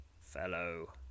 fellow